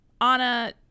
Anna